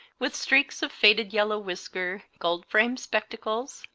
with streaks of faded yellow whisker, gold-framed spectacles,